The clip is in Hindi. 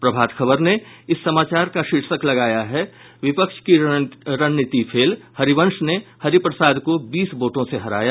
प्रभात खबर ने इस समाचार का शीर्षक लगाया है विपक्ष की रणनीति फेल हरिवंश ने हरि प्रसाद को बीस वोटों से हराया